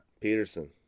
Peterson